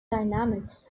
dynamics